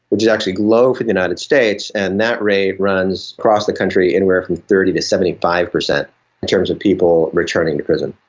which is actually low for the united states, and that rate runs across the country anywhere from thirty percent to seventy five percent in terms of people returning to prison.